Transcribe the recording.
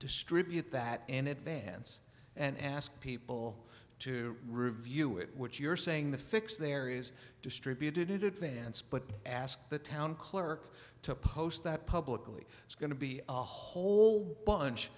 distribute that in advance and ask people to review it which you're saying the fix there is distributed it advance but ask the town clerk to post that publicly it's going to be a whole bunch